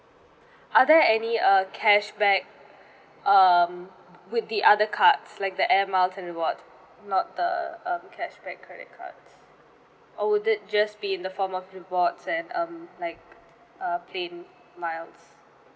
are there any uh cashback um with the other cards like the air miles and reward not the um cashback credit cards or would it just be in the form of rewards and um like uh plane miles